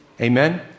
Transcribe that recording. Amen